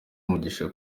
umugisha